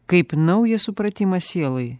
kaip naują supratimą sielai